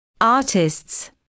Artists